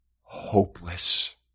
hopeless